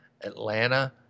Atlanta